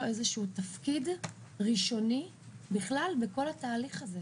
איזשהו תפקיד ראשוני בכלל בכל התהליך הזה